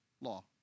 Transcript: law